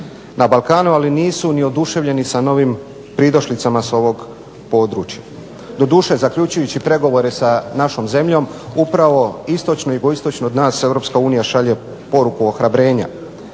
na Balkanu, ali nisu ni oduševljeni sa novim pridošlicama sa ovog područja. Doduše, zaključujući pregovore sa našom zemljom upravo istočno i jugoistočno od nas Europska unija šalje poruku ohrabrenja.